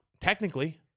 Technically